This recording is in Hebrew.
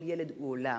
כל ילד הוא עולם.